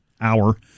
hour